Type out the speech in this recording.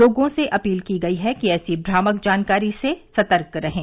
लोगों से अपील की गई है कि ऐसी भ्रामक जानकारी से सतर्क रहें